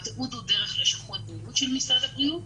התיעוד הוא דרך לשכות בריאות של משרד הבריאות.